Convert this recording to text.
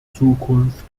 zukunft